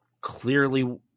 clearly